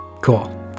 cool